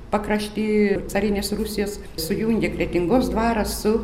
pakrašty carinės rusijos sujungė kretingos dvarą su